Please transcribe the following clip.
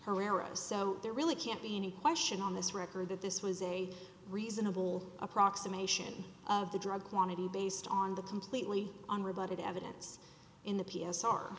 herrera's so there really can't be any question on this record that this was a reasonable approximation of the drug quantity based on the completely unrelated evidence in the p s